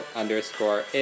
underscore